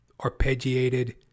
arpeggiated